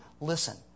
listen